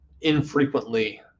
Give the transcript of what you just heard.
infrequently